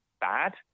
bad